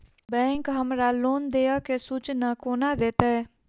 Bank हमरा loan देय केँ सूचना कोना देतय?